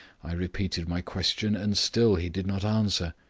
i repeated my question, and still he did not answer.